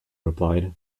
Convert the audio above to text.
replied